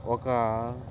ఒక